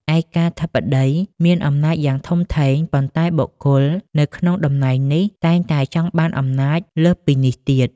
ឯកាធិបតីមានអំណាចយ៉ាងធំធេង ប៉ុន្តែបុគ្គលនៅក្នុងតំណែងនេះតែងតែចង់បានអំណាចលើសពីនេះទៀត។